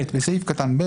בסעיף קטן (ב),